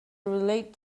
relate